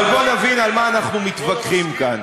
אבל בואו נבין על מה אנחנו מתווכחים כאן.